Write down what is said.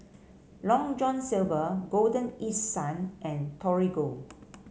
Long John Silver Golden East Sun and Torigo